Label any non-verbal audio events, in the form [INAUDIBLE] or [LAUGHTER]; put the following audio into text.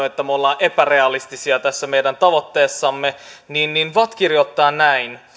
[UNINTELLIGIBLE] että me olemme ikään kuin epärealistisia tässä meidän tavoitteessamme niin niin vatt kirjoittaa näin